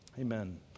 Amen